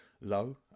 low